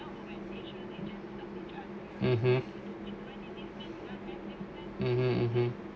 (uh huh)